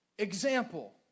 Example